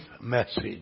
message